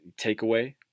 takeaway